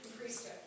priesthood